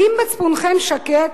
האם מצפונכם שקט